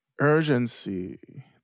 urgency